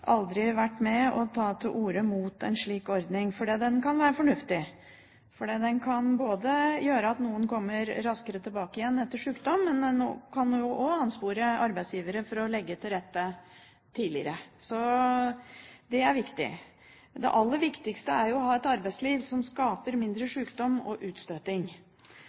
aldri vært med på å ta til orde mot en slik ordning, for den kan være fornuftig. Den kan både gjøre at noen kommer raskere tilbake igjen etter sykdom, og den kan anspore arbeidsgivere til å legge til rette tidligere. Det er viktig. Det aller viktigste er å ha et arbeidsliv som skaper mindre sykdom og